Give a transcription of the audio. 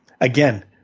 Again